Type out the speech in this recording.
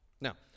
Now